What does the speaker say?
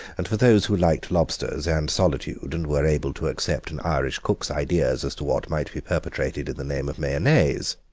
and for those who liked lobsters and solitude, and were able to accept an irish cook's ideas as to what might be perpetrated in the name of mayonnaise,